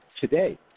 today